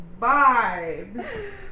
Vibes